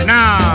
Now